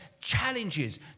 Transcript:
challenges